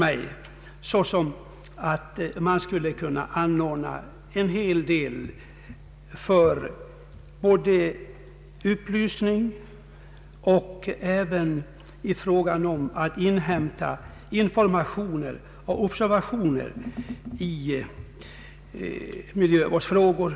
Man skulle enligt min uppfattning kunna göra en hel del både i fråga om upplysning och i fråga om informationer och observationer i miljövårdsfrågor.